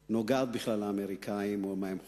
שנוגעת בכלל לאמריקנים או למה הם חושבים.